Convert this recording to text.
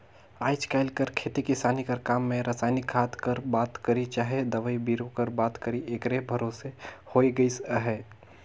आएज काएल कर खेती किसानी कर काम में रसइनिक खाद कर बात करी चहे दवई बीरो कर बात करी एकरे भरोसे होए गइस अहे